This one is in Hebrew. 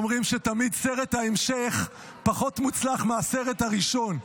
אומרים שתמיד סרט ההמשך פחות מוצלח מהסרט הראשון,